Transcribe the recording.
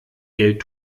geld